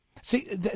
See